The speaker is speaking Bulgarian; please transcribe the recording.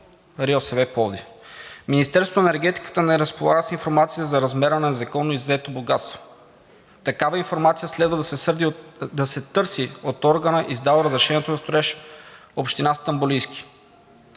РИОСВ – Пловдив. Министерството на енергетиката не разполага с информация за размера на незаконно иззето богатство. Такава информация следва да се търси от органа, издал разрешение на строеж – Община Стамболийски.